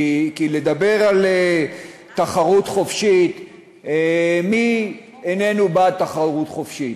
כי לדבר על תחרות חופשית מי איננו בעד תחרות חופשית?